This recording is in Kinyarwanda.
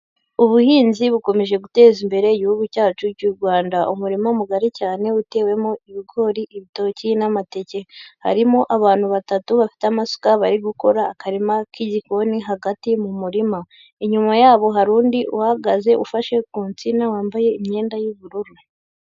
Ubuhinzi bukomeje guteza imbere Igihugu cyacu cy'u Rwanda. Umurima mugari cyane, utewemo ibigori, ibitoki n'amateke. Harimo abantu batatu bafite amasuka bari gukora akarima k'igikoni hagati mu murima. Inyuma yabo hari undi uhagaze ufashe ku nsina wambaye imyenda y'ubururu.